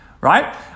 right